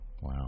wow